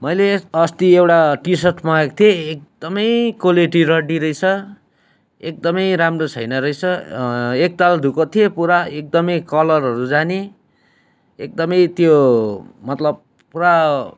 मैले यस अस्ति एउटा टि सर्ट मगाएको थिएँ एकदमै क्वालिटी रड्डी रहेछ एकदमै राम्रो छैन रहेछ एकताल धोएको थिएँ पुरा एकदमै कलरहरू जाने एकदमै त्यो मतलब पुरा